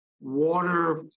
water